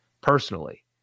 personally